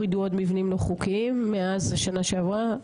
הורידו עוד מבנים לא חוקיים מאז שנה שעברה?